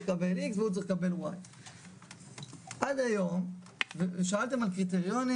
לקבל X והוא צריך לקבל Y. שאלתם על קריטריונים,